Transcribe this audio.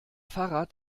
fahrrad